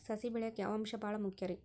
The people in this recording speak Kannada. ಸಸಿ ಬೆಳೆಯಾಕ್ ಯಾವ ಅಂಶ ಭಾಳ ಮುಖ್ಯ ರೇ?